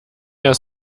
der